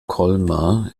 colmar